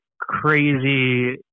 crazy